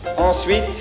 Ensuite